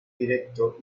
directo